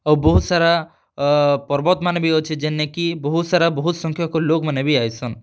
ଆଉ ବହୁତ୍ ସାରା ପର୍ବତ୍ମାନେ ବି ଅଛେ ଯେନେ କି ବହୁତ୍ ସାରା ବହୁତ୍ ସଂଖ୍ୟକ୍ ଲୋକ୍ମାନେ ବି ଆଏସନ୍